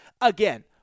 Again